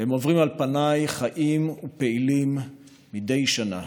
והם עוברים על פניי חיים ופעילים מדי שנה.